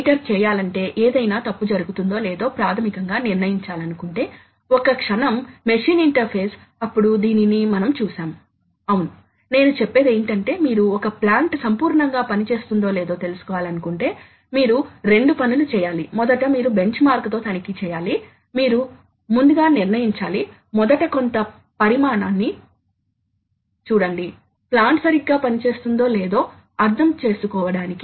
సాధారణంగా ఉపయోగించిన డ్రైవ్లు కొన్నిసార్లు అవి ఓపెన్ లూప్ గా ఉంటాయి ప్రత్యేకించి అవి స్విచ్ అవుతున్నప్పుడు స్టెప్పర్ మోటర్ డ్రైవ్ ల వంటి తక్కువ పవర్ డ్రైవ్లు చౌకగా ఉన్నటువంటివి ఎందుకంటే అక్కడ వాస్తవానికి వాటి డ్రైవ్ ఎలక్ట్రానిక్స్ చాలా సరళంగా ఉంటాయి కాబట్టి మనకు కొన్నిసార్లు మనం ఓపెన్ లూప్ అయిన ఈ రకమైన డ్రైవ్ లను ఉపయోగించాము మరియు చాలా సులభమైన డ్రైవ్ ఎలక్ట్రానిక్స్ లను ఉపయోగిస్తాము